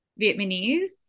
Vietnamese